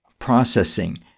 processing